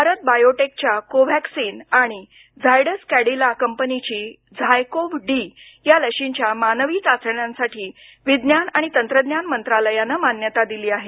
Bharat Biotech च्या कोव्हॅक्सीन आणि झायडस कॅडीला कंपनीची झाय कोव्ह डी ह्या लशींच्या मानवी चाचण्यांसाठी विज्ञान आणि तंत्रद्यान मंत्रालायानं मान्यता दिली आहे